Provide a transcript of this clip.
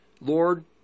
Lord